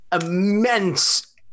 immense